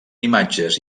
imatges